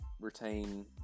retain